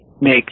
make